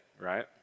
right